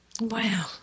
Wow